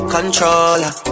Controller